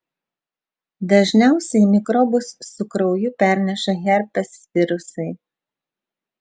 dažniausiai mikrobus su krauju perneša herpes virusai